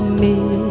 me